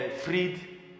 freed